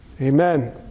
Amen